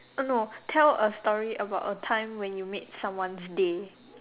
uh no tell a story about a time when you made someone's day